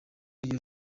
iryo